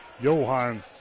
Johan